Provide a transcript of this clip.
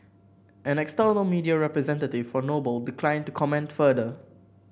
an external media representative for Noble declined to comment further